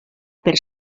per